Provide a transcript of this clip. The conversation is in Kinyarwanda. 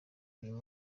uyu